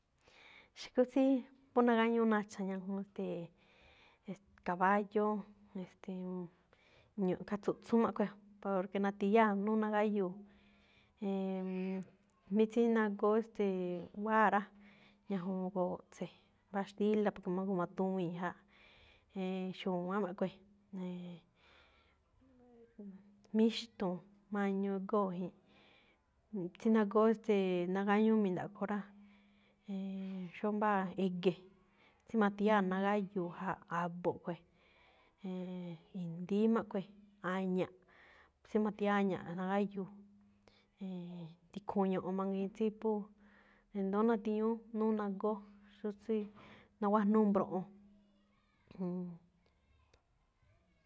Xukú tsí phú nagáñúú nacha̱ ñajuun, ste̱e̱, caballo, e̱ste̱e̱, ñu̱ꞌ kháa tsu̱ꞌkhún máꞌ khue̱n, poorque nathiyáa̱, nú nagáyúu̱. Mmm mí tsí nagóó, ste̱e̱, wáa rá, ñajuun go̱o̱ꞌtse̱, mbáa xtíla̱ poke ma̱goo ma̱tuwii̱n jaa̱. E̱e̱n xu̱wán máꞌ khue̱n. E̱e̱n míxtu̱u̱n, mañuu góo̱ jii̱n. Tsí nagóó, ste̱e̱, nagáñúú mi̱ndaꞌkho rá, e̱e̱n, xóo mbáa e̱ge̱, xí ma̱thi̱yáa̱ nagáyuu̱ jaa̱. A̱bo̱ꞌ khue̱n. E̱e̱n, i̱ndi̱í máꞌ khue̱n. A̱ña̱ꞌ, xí mathia̱á a̱ña̱ꞌ, nagáyuu̱. Mmm, tikhuun ño̱ꞌo̱n mangiin tsí phú, e̱ndo̱ó nathiñúú, nú nagóó, xóo tsí naguájnúú mbroꞌon, nnn.